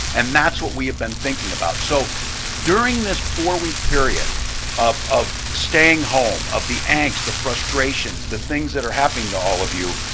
and that's what we have been thinking about. so during this four-week period of of staying home, of the angst, the frustrations, the things that are happening to all of you,